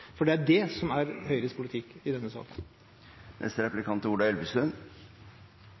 gjennomføres. Det er det som er Høyres politikk i denne saken. Uansett hva representanten fra Senterpartiet sier, er